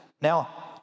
Now